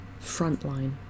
Frontline